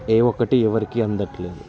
ఏ ఒక్కటి ఎవరికీ అందట్లేదు